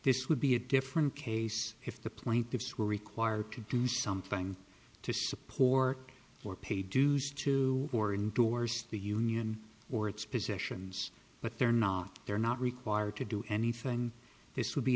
this would be a different case if the plaintiffs were required to do something to support or pay dues to or in doors the union or its positions but they're not they're not required to do anything this would be